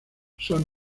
son